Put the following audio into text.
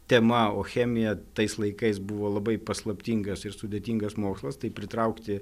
tema o chemija tais laikais buvo labai paslaptingas ir sudėtingas mokslas taip pritraukti